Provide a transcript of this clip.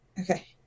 Okay